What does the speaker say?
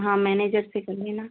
हाँ मैनेजर से कर लेना